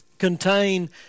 contain